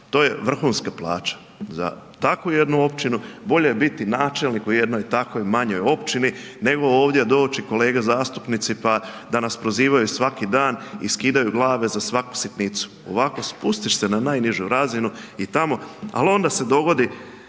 to je vrhunska plaća, za takvu jednu općinu bolje biti načelnik u jednoj takvoj manjoj općini, nego ovdje doći kolege zastupnici, pa da nas prozivaju svaki dan i skidaju glave za svaku sitnicu. Ovako, spustiš se na najnižu razinu i tamo, ali onda se dogodi